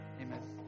Amen